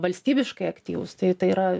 valstybiškai aktyvūs tai tai yra